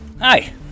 Hi